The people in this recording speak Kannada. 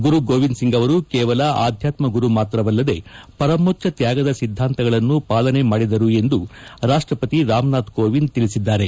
ಗುರು ಗೋವಿಂದ್ ಸಿಂಗ್ ಅವರು ಕೇವಲ ಆಧ್ಯಾತ್ಮ ಗುರು ಮಾತ್ರವಲ್ಲದೇ ಪರಮೋಚ್ಚ ತ್ಯಾಗದ ಸಿದ್ದಾಂತಗಳನ್ನು ಪಾಲನೆ ಮಾಡಿದರು ಎಂದು ರಾಷ್ಟಪತಿ ರಾಮನಾಥ್ ಕೋವಿಂದ್ ತಿಳಿಸಿದ್ದಾರೆ